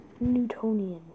Newtonian